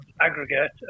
aggregate